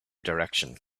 direction